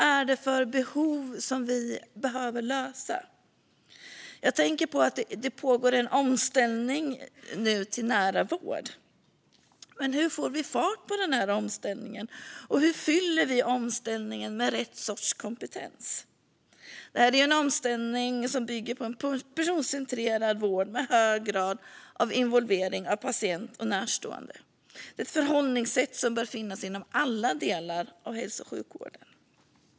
Vilka behov är det vi behöver lösa genom kompetensförsörjning? Det pågår nu en omställning till nära vård. Men hur får vi fart på omställningen och hur fyller vi omställningen med rätt sorts kompetens? Är det en omställning som bygger på en personcentrerad vård med hög grad av involvering av patient och närstående? Det är ett förhållningssätt som bör finnas inom alla delar av hälso och sjukvården.